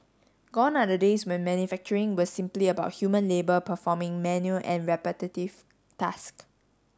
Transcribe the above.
gone are the days when manufacturing was simply about human labour performing manual and repetitive task